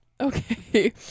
okay